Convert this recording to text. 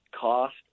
cost